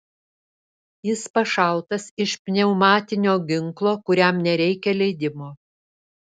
jis pašautas iš pneumatinio ginklo kuriam nereikia leidimo